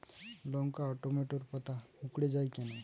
লঙ্কা ও টমেটোর পাতা কুঁকড়ে য়ায় কেন?